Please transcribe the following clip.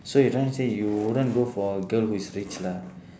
so you trying to say you wouldn't go for a girl who is rich lah